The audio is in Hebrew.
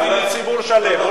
באופן אישי, שלא יכתים ציבור שלם.